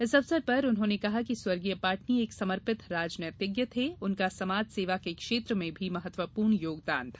इस अवसर पर उन्होंने कहा कि स्वर्गीय पाटनी एक समर्पित राजनीतिज्ञ थे उनका समाज सेवा के क्षेत्र में भी महत्वपूर्ण योगदान था